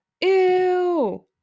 Ew